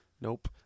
nope